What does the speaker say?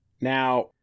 Now